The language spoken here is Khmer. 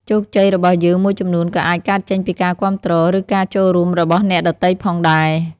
ជោគជ័យរបស់យើងមួយចំនួនក៏អាចកើតចេញពីការគាំទ្រ ឬការចូលរួមរបស់អ្នកដទៃផងដែរ។